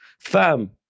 fam